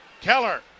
Keller